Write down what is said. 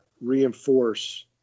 reinforce